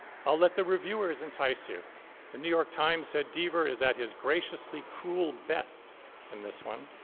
i'll let the reviewers entice you the new york times said deaver is at his graciously cruel best in this one.